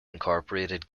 incorporated